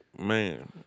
Man